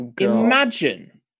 Imagine